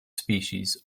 species